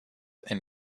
and